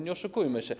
Nie oszukujmy się.